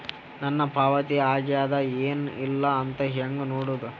ನನ್ನ ಪಾವತಿ ಆಗ್ಯಾದ ಏನ್ ಇಲ್ಲ ಅಂತ ಹೆಂಗ ನೋಡುದು?